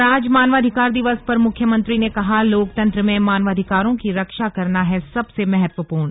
और आज मानवाधिकार दिवस पर मुख्यमंत्री ने कहा लोकतंत्र में मानवाधिकारों की रक्षा करना है सबसे महत्वपूर्ण